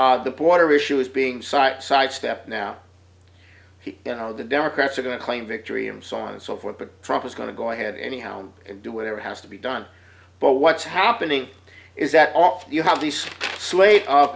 on the water issues being site sidestep now you know the democrats are going to claim victory and so on and so forth but trump is going to go ahead anyhow and do whatever has to be done but what's happening is that all of you have these slate